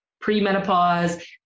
pre-menopause